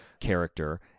character